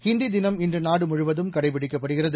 ஹிந்தி தினம் இன்று நாடுமுழுவதும் கடைபிடிக்கப்படுகிறது